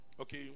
Okay